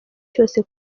cyose